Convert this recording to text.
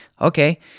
Okay